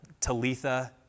Talitha